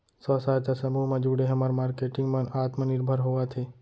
स्व सहायता समूह म जुड़े हमर मारकेटिंग मन आत्मनिरभर होवत हे